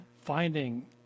finding